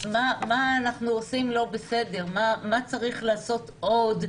מה צריך לעשות עוד,